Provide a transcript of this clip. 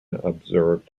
observed